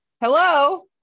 Hello